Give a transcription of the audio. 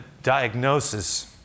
diagnosis